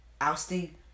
ousting